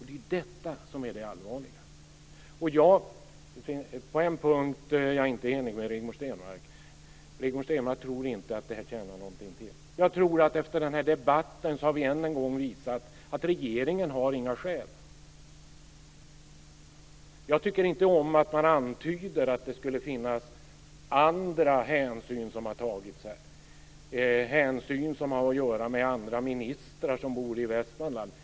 Det är detta som är det allvarliga. På en punkt är jag inte enig med Rigmor Stenmark. Hon tror inte att det här tjänar någonting till. Jag tror att efter den här debatten har vi än en gång visat att regeringen inte har några skäl. Jag tycker inte om att man antyder att det skulle finnas andra hänsyn som har tagits här, hänsyn som har att göra med andra ministrar som bor i Västmanland.